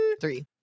Three